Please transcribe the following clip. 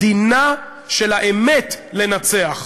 דינה של האמת לנצח.